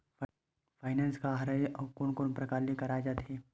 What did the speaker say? Finance का हरय आऊ कोन कोन प्रकार ले कराये जाथे?